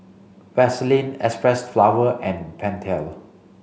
Vaseline Xpressflower and Pentel